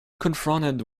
confronted